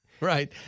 Right